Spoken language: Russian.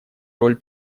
роль